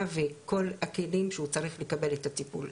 וכל הכלים שהוא צריך לקבל את הטיפול.